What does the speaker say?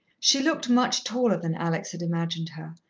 she looked much taller than alex had imagined her,